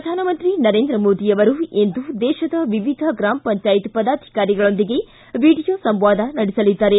ಪ್ರಧಾನಮಂತ್ರಿ ನರೇಂದ್ರ ಮೋದಿ ಅವರು ಇಂದು ದೇಶದ ವಿವಿಧ ಗ್ರಾಮ ಪಂಚಾಯತ್ ಪದಾಧಿಕಾರಿಗಳೊಂದಿಗೆ ವಿಡಿಯೋ ಸಂವಾದ ನಡೆಸಲಿದ್ದಾರೆ